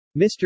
Mr